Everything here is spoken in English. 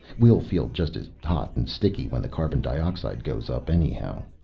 we'll feel just as hot and sticky when the carbon dioxide goes up, anyhow.